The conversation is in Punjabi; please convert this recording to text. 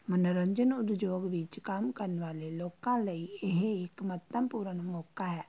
ਮਨੋਰੰਜਨ ਉਦਯੋਗ ਵਿੱਚ ਕੰਮ ਕਰਨ ਵਾਲੇ ਲੋਕਾਂ ਲਈ ਇਹ ਇੱਕ ਮਹੱਤਵਪੂਰਨ ਮੌਕਾ ਹੈ